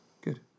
Good